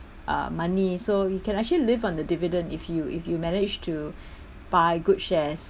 uh money so you can actually live on the dividend if you if you manage to buy good shares